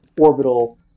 orbital